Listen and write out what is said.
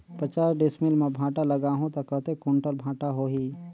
पचास डिसमिल मां भांटा लगाहूं ता कतेक कुंटल भांटा होही?